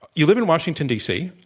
you live in washington, d. c.